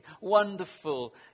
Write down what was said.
wonderful